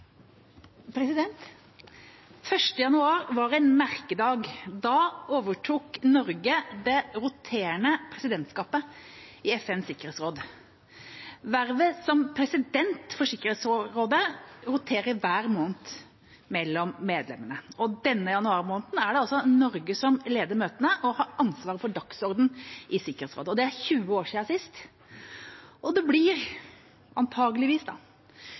president for Sikkerhetsrådet roterer hver måned mellom medlemmene, og denne januarmåneden er det altså Norge som leder møtene og har ansvar for dagsordenen i Sikkerhetsrådet. Det er 20 år siden sist, og det blir